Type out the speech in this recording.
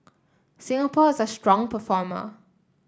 Singapore is a strong performer